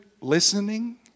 listening